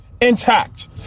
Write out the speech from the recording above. intact